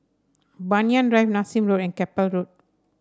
Banyan Drive Nassim Road and Keppel Road